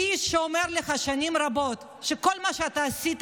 האיש שאומר לך שנים רבות שכל מה שאתה עשית